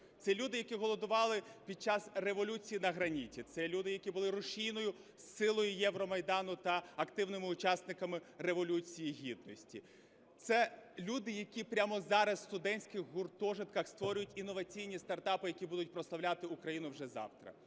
Це люди, які голодували під час революції на граніті. Це люди, які були рушійною силою Євромайдану та активними учасниками Революції Гідності. Це люди, які прямо зараз в студентських гуртожитках створюють інноваційні стартапи, які будуть прославляти Україну вже завтра.